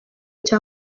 cya